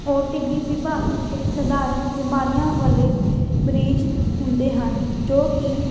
OTB ਵਿਭਾਗ ਵਿਖੇ ਸਧਾਰਨ ਬਿਮਾਰੀਆਂ ਵਾਲੇ ਮਰੀਜ਼ ਹੁੰਦੇ ਹਨ ਜੋ ਕਿ